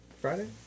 Friday